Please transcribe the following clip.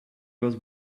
goes